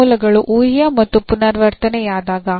ಮೂಲಗಳು ಊಹ್ಯ ಮತ್ತು ಪುನರಾವರ್ತನೆಯಾದಾಗ